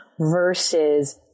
versus